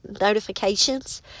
notifications